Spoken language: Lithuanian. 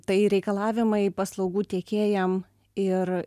tai reikalavimai paslaugų tiekėjam ir